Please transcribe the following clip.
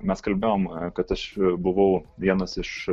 mes kalbėjom kad aš buvau vienas iš